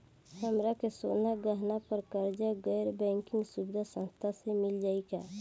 हमरा के सोना गहना पर कर्जा गैर बैंकिंग सुविधा संस्था से मिल जाई का?